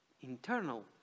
internal